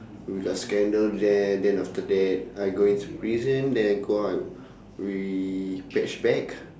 we got scandal there then after that I go into prison then I go out we patch back